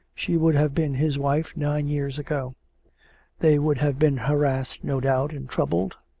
she would have been his wife nine years ago they would have been harassed no doubt and troubled,